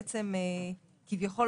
כביכול,